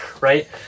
right